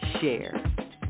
share